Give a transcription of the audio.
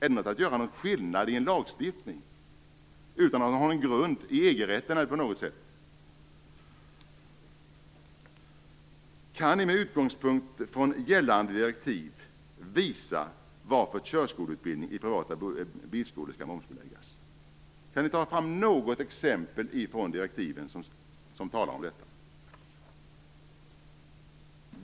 Skall man göra skillnad på detta i lagstiftningen utan att ha någon grund för detta i EG-rätten? Kan ni med utgångspunkt från gällande direktiv visa varför körskoleutbildning i privata bilskolor skall momsbeläggas? Kan ni ta fram något exempel från direktiven som talar om detta?